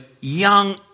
young